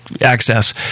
Access